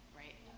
right